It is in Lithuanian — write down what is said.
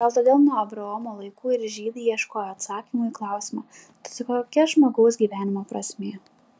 gal todėl nuo abraomo laikų ir žydai ieškojo atsakymų į klausimą tad kokia žmogaus gyvenimo prasmė